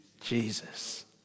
Jesus